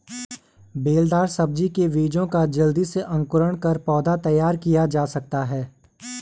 बेलदार सब्जी के बीजों का जल्दी से अंकुरण कर पौधा तैयार कैसे किया जा सकता है?